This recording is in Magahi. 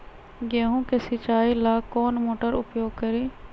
गेंहू के सिंचाई ला कौन मोटर उपयोग करी?